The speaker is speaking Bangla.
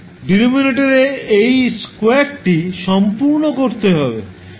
ডিনোমিনেটরে এই স্কোয়ারটি সম্পূর্ণ করতে হবে